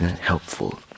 helpful